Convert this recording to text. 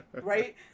right